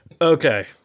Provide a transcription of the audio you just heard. Okay